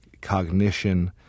cognition